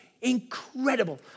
incredible